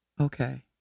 Okay